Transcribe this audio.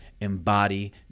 embody